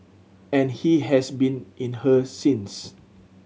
and he has been in her since